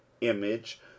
image